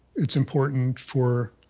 it's important for